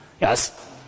Yes